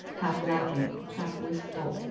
half-laughing, half-wistful,